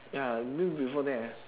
ya been before there